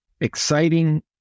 exciting